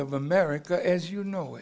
of america as you know